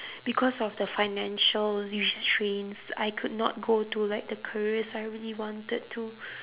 because of the financial restraints I could not go to like the careers I really wanted to